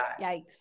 Yikes